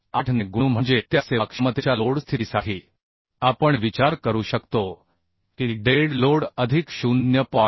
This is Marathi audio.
8 ने गुणू म्हणजे त्या सेवाक्षमतेच्या लोड स्थितीसाठी आपण विचार करू शकतो की डेड लोड अधिक 0